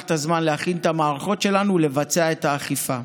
את הזמן להכין את המערכות שלנו לבצע את האכיפה.